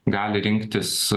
gali rinktis